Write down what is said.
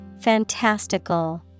fantastical